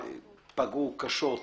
פגעו קשות.